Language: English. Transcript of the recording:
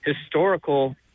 historical